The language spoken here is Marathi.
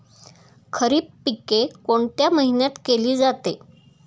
खरीप पिके कोणत्या महिन्यात केली जाते?